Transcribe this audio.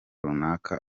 runaka